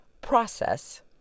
Process